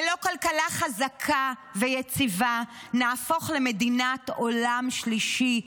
ללא כלכלה חזקה ויציבה נהפוך למדינת עולם שלישי,